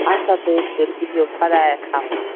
اَچھا تُلِو تیٚلہِ بِہِو خۄدایَس حوال